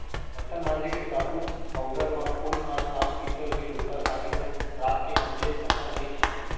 बरतन मांजे के साबुन पाउडर म फूलकांस, ताम पीतल के लोटा थारी मन राख के मांजे असन नइ चमकय